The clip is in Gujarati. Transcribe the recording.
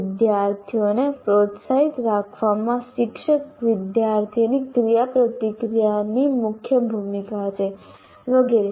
વિદ્યાર્થીઓને પ્રોત્સાહિત રાખવામાં શિક્ષક વિદ્યાર્થીની ક્રિયાપ્રતિક્રિયાની મુખ્ય ભૂમિકા છે વગેરે